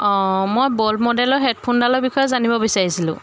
অঁ মই বোট মডেলৰ হেডফোনডালৰ বিষয়ে জানিব বিচাৰিছিলোঁ